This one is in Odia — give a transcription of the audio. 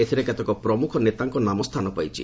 ଏଥିରେ କେତେକ ପ୍ରମୁଖ ନେତାଙ୍କ ନାମ ସ୍ଥାନ ପାଇଛି